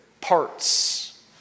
parts